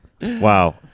Wow